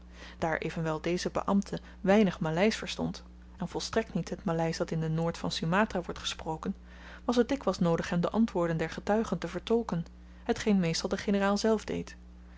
daar evenwel deze beambte weinig maleisch verstond en volstrekt niet het maleisch dat in de noord van sumatra wordt gesproken was t dikwyls noodig hem de antwoorden der getuigen te vertolken hetgeen meestal de generaal zelf deed